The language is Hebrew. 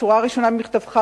השורה הראשונה במכתבך,